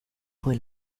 fue